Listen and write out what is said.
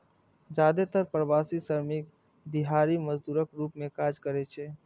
जादेतर प्रवासी श्रमिक दिहाड़ी मजदूरक रूप मे काज करै छै